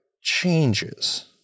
changes